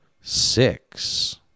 six